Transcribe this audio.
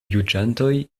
juĝantoj